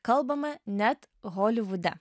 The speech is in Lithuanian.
kalbama net holivude